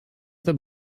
that